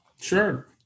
Sure